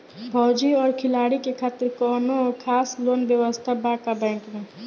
फौजी और खिलाड़ी के खातिर कौनो खास लोन व्यवस्था बा का बैंक में?